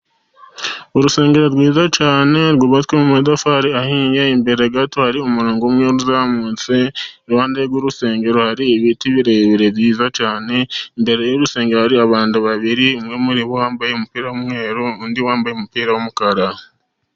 Urusengero rwiza cyane rwubatswe mu matafari ahiye, imbere gato hari umurongo umwe uzamutse, iruhande rw'urusengero hari ibiti birebire byiza cyane, imbere y'urusengero hari abantu babiri, umwe muri bo wambaye umupira w'umweru, undi wambaye umupira w'umukara.